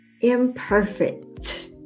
imperfect